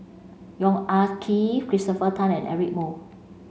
Yong Ah Kee Christopher Tan and Eric Moo